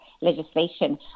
Legislation